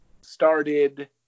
started